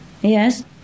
Yes